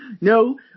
no